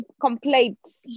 complaints